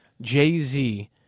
Jay-Z